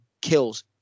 Kills